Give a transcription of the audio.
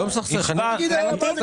לא מסכסך, אני נותן עובדות.